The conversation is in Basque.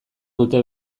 dute